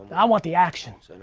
i want the action. say and